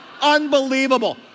Unbelievable